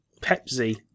Pepsi